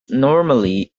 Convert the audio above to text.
normally